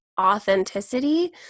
authenticity